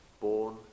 born